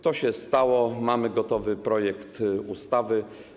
To się stało, mamy gotowy projekt ustawy.